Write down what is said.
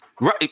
right